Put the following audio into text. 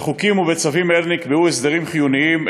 בחוקים ובצווים האלה נקבעו הסדרים חיוניים,